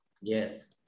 Yes